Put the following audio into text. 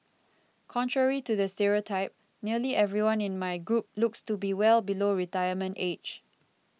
contrary to the stereotype nearly everyone in my group looks to be well below retirement age